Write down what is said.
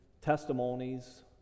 testimonies